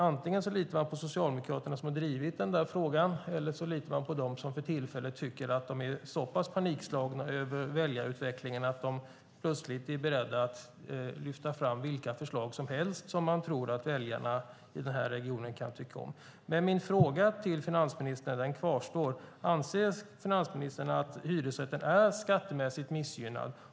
Antingen litar man på Socialdemokraterna som har drivit frågan, eller litar man på dem som för tillfället är så pass panikslagna över väljarutvecklingen att de plötsligt är beredda att lyfta fram vilka förslag som helst och som man tror att väljarna i den här regionen kan tycka om. Min fråga till finansministern kvarstår. Anser finansministern att hyresrätten är skattemässigt missgynnad?